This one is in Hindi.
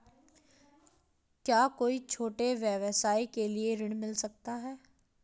क्या कोई छोटे व्यवसाय के लिए ऋण मिल सकता है?